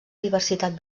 diversitat